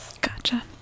Gotcha